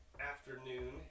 afternoon